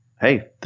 Hey